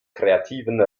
kreativen